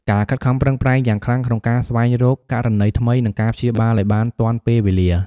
ការខិតខំប្រឹងប្រែងយ៉ាងខ្លាំងក្នុងការស្វែងរកករណីថ្មី និងការព្យាបាលឱ្យបានទាន់ពេលវេលា។